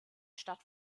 stadt